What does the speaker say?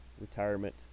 retirement